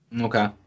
Okay